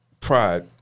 pride